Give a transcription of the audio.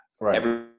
Right